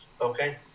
Okay